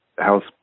house